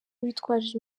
witwaje